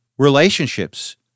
Relationships